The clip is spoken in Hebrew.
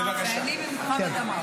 לא, אני התחלפתי עם חמד עמאר.